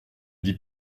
dis